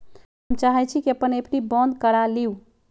हम चाहई छी कि अपन एफ.डी बंद करा लिउ